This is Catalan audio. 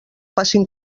facin